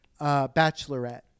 Bachelorette